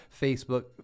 Facebook